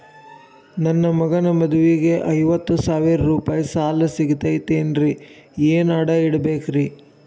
ನನ್ನ ಮಗನ ಮದುವಿಗೆ ಐವತ್ತು ಸಾವಿರ ರೂಪಾಯಿ ಸಾಲ ಸಿಗತೈತೇನ್ರೇ ಏನ್ ಅಡ ಇಡಬೇಕ್ರಿ?